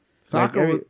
Soccer